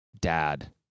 dad